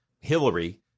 Hillary